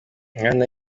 umwana